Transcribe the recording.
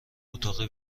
اتاق